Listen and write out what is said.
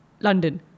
London